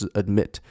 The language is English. admit